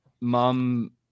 mom